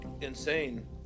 insane